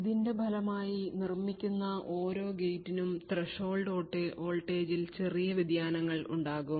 ഇതിന്റെ ഫലമായി നിർമ്മിക്കുന്ന ഓരോ ഗേറ്റിനും ത്രെഷോൾഡ് വോൾട്ടേജിൽ ചെറിയ വ്യതിയാനങ്ങൾ ഉണ്ടാകും